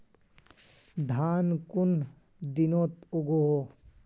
धान कुन दिनोत उगैहे